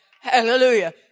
Hallelujah